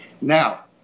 Now